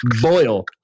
boil